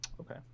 Okay